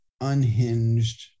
unhinged